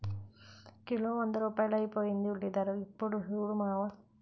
kilo వంద రూపాయలైపోయింది ఉల్లిధర యిప్పుడు సూడు మావా